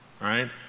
right